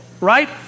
right